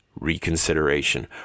reconsideration